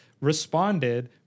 responded